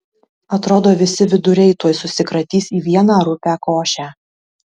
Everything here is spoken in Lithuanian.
atrodo visi viduriai tuoj susikratys į vieną rupią košę